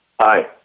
Hi